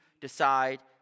decide